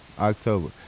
October